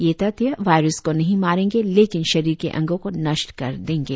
ये तथ्य वायरस को नहीं मारेंगे लेकिन शरीर के अंगों को नष्ट कर देंगे